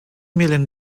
million